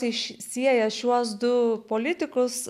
tai sieja šiuos du politikus